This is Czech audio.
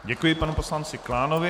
Děkuji panu poslanci Klánovi.